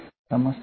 समजतंय का